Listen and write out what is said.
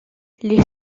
les